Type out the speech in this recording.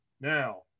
now